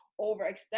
overextend